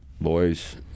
boys